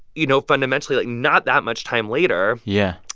you know, fundamentally, like, not that much time later. yeah.